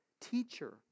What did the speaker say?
teacher